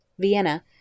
Vienna